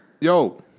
Yo